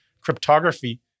cryptography